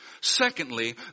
Secondly